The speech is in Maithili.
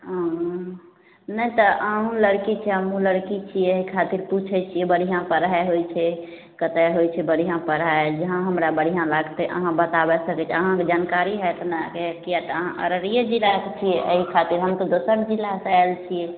हँ नहि तऽ अहूँ लड़की छियै हमहूँ लड़की छियै एहि खातिर पुछय छी बढ़िआँ पढ़ाइ होइ छै कतय होइ छै बढ़िआँ पढ़ाइ जहाँ हमरा बढ़िआँ लागतय अहाँ बताबय सकय छियै अहाँके जानकारी होयत ने अहाँके किया तऽ अहाँ अररिये जिलासँ छियै अहि खातिर हम तऽ दोसर जिलासँ आयल छियै